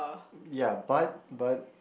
ya but but